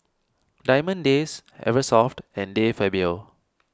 Diamond Days Eversoft and De Fabio